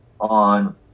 on